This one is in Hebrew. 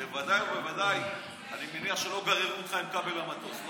בוודאי ובוודאי אני מניח שלא גררו אותך עם כבל למטוס.